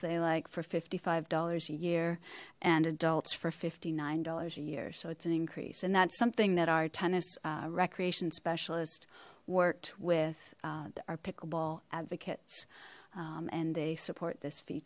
they'd like for fifty five dollars a year and adults for fifty nine dollars a year so it's an increase and that's something that our tennis recreation specialist worked with our pickleball advocates and they support this fee